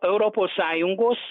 europos sąjungos